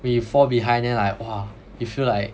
when you fall behind then like !wah! you feel like